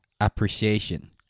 appreciation